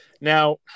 Now